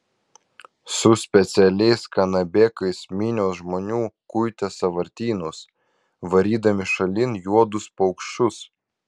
su specialiais kanabėkais minios žmonių kuitė sąvartynus varydami šalin juodus paukščius